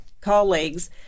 colleagues